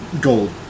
gold